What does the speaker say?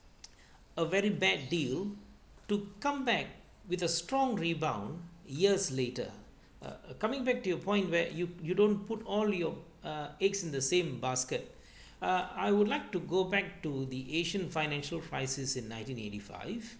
a very bad deal to come back with a strong rebound years later uh coming back to your point where you you don't put all your uh eggs in the same basket uh I would like to go back to the asian financial crisis in nineteen eighty five